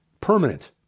permanent